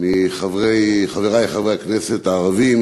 מחברי חברי הכנסת הערבים